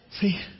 see